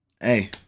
hey